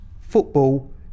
football